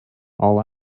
all